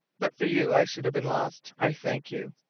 but for you i should have been lost. i thank you.